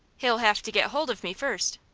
he'll have to get hold of me first.